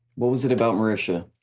what was it about marisha?